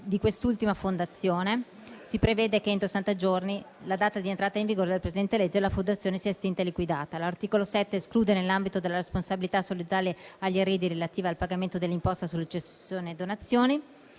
Italia sociale. Si prevede che, entro sessanta giorni dalla data di entrata in vigore della presente legge, la Fondazione sia estinta e liquidata. L'articolo 7 esclude dall'ambito della responsabilità solidale agli eredi, relativa al pagamento dell'imposta sulle successioni e donazioni.